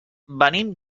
venim